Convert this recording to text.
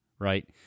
right